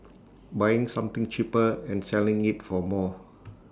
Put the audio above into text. buying something cheaper and selling IT for more